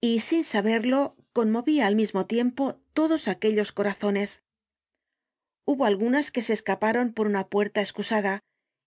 y sin saberlo conmovía al mismo tiempo todos aquellos corazones hubo algunas que se escaparon por una puerta escusada